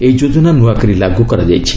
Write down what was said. ଏହି ଯୋଚ୍ଚନା ନୃଆକରି ଲାଗୁ କରାଯାଇଛି